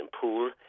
Pool